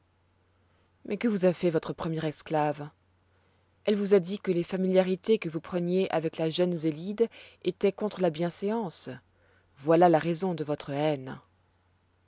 mais que vous a fait votre première esclave elle vous a dit que les familiarités que vous preniez avec la jeune zélide étoient contre la bienséance voilà la raison de votre haine